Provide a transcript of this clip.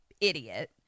idiot